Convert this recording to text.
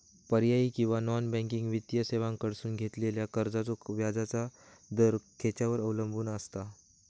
पर्यायी किंवा non banking वित्तीय सेवांकडसून घेतलेल्या कर्जाचो व्याजाचा दर खेच्यार अवलंबून आसता?